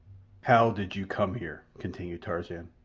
how did you come here? continued tarzan.